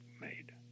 made